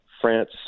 France